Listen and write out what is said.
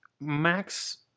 max